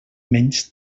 menys